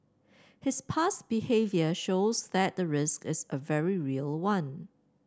his past behaviour shows that the risk is a very real one